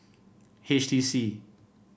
H T C